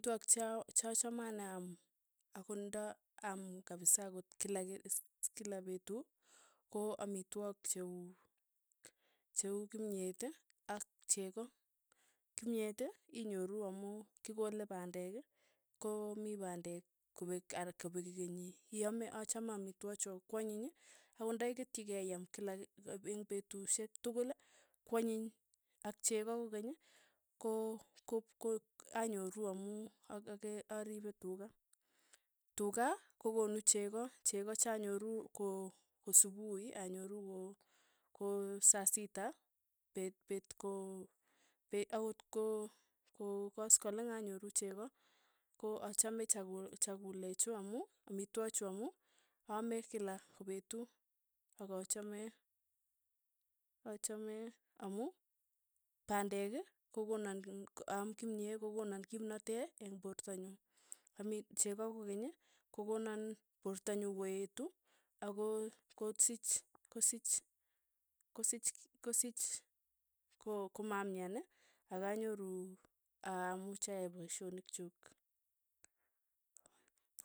Amitwokik che achame ane aam ako nda aam kapsa akot kila si kila petu, ko amitwokik che uu kimyet ak cheko, kimyet inyoru amu kikole pandek, ko mii pandek kopek kopek kenyit, iame achame amitwokik chu akwanyiny ako nda iketchi kei iaam kila eng' petushek tukul kwanyiny, ak cheko kokeny ko- ko anyoru amu a- a- ak aripe tuka, tuka kokonu cheko, cheko cha anyoru ko ko supuhi anyoru ko ko saa sita, pet- pet ko pe akot ko- ko- koskoleng anyoru cheko, ko achame chaku chakulechu amu, amitwokik chu amu, aame kila kopetu akachame achame amu pandek kokonan ng aam kimye kokonan kimnatee eng' porto nyu, ami cheko kokeny kokonan porto nyu koetu ako kosich kosich kosich ko- ko mamyan akanyoru amuch aai paishonik chuk.